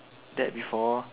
that before